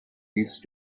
these